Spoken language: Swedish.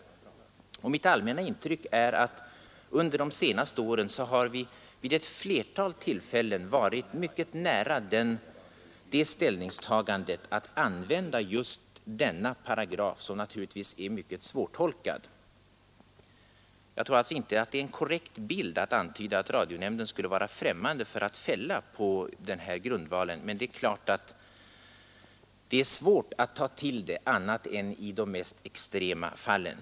Mitt intryck är att vi under de senaste åren vid ett flertal tillfällen har varit mycket nära att använda just denna paragraf, som naturligtvis är svårtolkad. Jag tror alltså inte det är en korrekt bild när man antyder att radionämnden skulle vara främmande för att fälla på den här grundvalen, men det är givetvis svårt att ta till den motiveringen annat än i de mest extrema fallen.